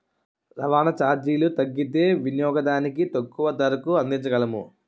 రవాణా చార్జీలు తగ్గితే వినియోగదానికి తక్కువ ధరకు అందించగలము